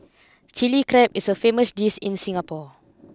Chilli Crab is a famous dish in Singapore